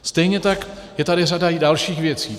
Stejně tak je tady i řada dalších věcí.